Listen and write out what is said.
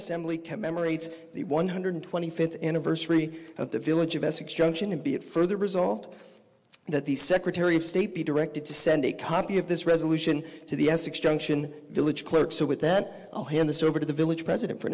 assembly commemorates the one hundred twenty fifth anniversary of the village of essex junction a bit further result that the secretary of state be directed to send a copy of this resolution to the essex junction village clerk so with that i'll hand this over to the village president for